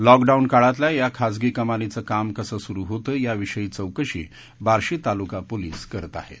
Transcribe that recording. झॉकडाऊन काळातल्या या खाजगी कमानीचक्रिम कसस्किरू होतव्रि विषयी चौकशी बार्शी तालुका पोलिस करत आहत